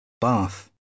Bath